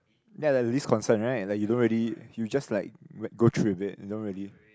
ya like least concern right like you don't really you just like go through with it and don't really